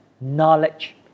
knowledge